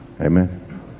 amen